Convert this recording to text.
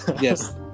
Yes